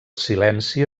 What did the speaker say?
silenci